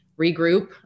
regroup